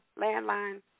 landline